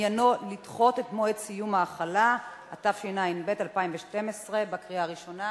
אני קובעת שהצעת החוק עברה בקריאה ראשונה